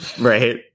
right